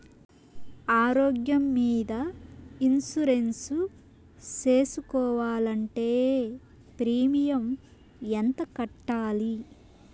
ఆరోగ్యం మీద ఇన్సూరెన్సు సేసుకోవాలంటే ప్రీమియం ఎంత కట్టాలి?